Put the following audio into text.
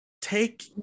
take